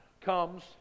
comes